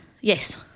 Yes